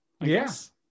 yes